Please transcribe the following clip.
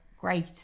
great